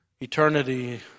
eternity